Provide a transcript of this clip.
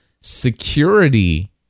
security